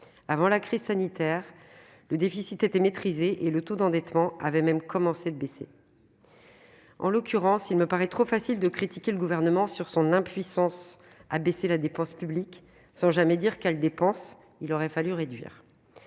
Avant la crise sanitaire, le déficit était maîtrisé et le taux d'endettement avait même commencé de baisser. Ainsi, en l'occurrence, il est trop facile de critiquer le Gouvernement sur son impuissance à faire baisser la dépense publique, sans jamais indiquer quelles dépenses il aurait fallu réduire.